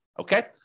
Okay